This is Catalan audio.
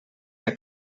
que